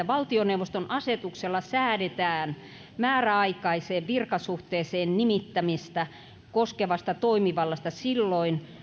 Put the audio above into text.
valtioneuvoston asetuksella säädetään määräaikaiseen virkasuhteeseen nimittämistä koskevasta toimivallasta silloin